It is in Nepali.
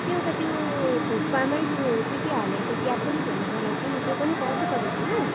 एउटा त्यो थुक्पामा त्यो के के हालेर ग्यातुक भन्ने बनाउँछ नि त्यो पनि पाउँछ तपाईँहरूकोमा